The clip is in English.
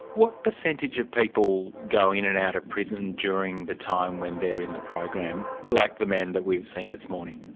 what percentage of people go in and out of prison during the time when they're in the program, but like the man that we've seen this morning?